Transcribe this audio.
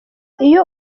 iyo